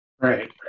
Right